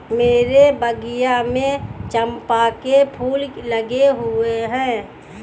मेरे बगिया में चंपा के फूल लगे हुए हैं